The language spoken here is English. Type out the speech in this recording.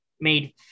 made